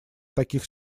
таких